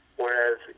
whereas